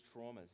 traumas